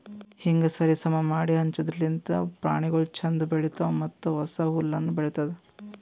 ಹೀಂಗ್ ಸರಿ ಸಮಾ ಮಾಡಿ ಹಂಚದಿರ್ಲಿಂತ್ ಪ್ರಾಣಿಗೊಳ್ ಛಂದ್ ಬೆಳಿತಾವ್ ಮತ್ತ ಹೊಸ ಹುಲ್ಲುನು ಬೆಳಿತ್ತುದ್